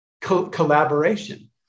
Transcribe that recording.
collaboration